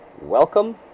welcome